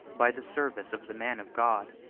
by the service of the man of god.